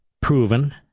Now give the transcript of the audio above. proven